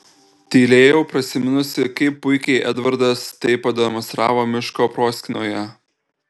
tylėjau prisiminusi kaip puikiai edvardas tai pademonstravo miško proskynoje